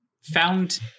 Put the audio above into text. found